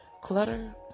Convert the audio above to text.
clutter